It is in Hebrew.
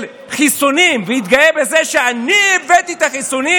חיסונים ויתגאה בזה: אני הבאתי את החיסונים,